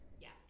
Yes